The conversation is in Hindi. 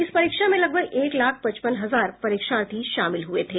इस परीक्षा में लगभग एक लाख पचपन हजार परीक्षार्थी शामिल हुए थे